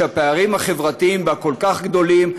שהפערים החברתיים בה כל כך גדולים,